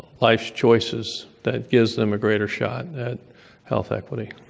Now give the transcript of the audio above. life's choices that gives them a greater shot at health equity.